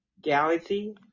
Galaxy